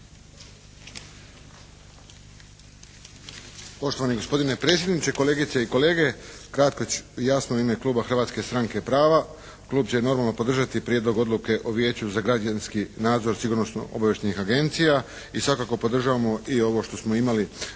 Poštovani gospodine predsjedniče, kolegice i kolege. Kratko ću i jasno u ime kluba Hrvatske stranke prava. Klub će normalno podržati Prijedlog odluke o Vijeću za građanski nadzor sigurnosno-obavještajnih agencija i svakako podržavamo i ovo što smo imali